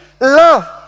love